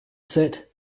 set